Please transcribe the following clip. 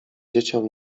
dzieciom